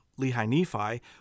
Lehi-Nephi